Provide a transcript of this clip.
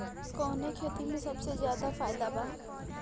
कवने खेती में सबसे ज्यादा फायदा बा?